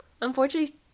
unfortunately